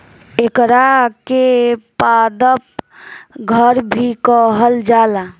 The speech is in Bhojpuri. एकरा के पादप घर भी कहल जाला